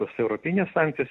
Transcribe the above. tos europinės sankcijos